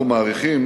אנחנו מעריכים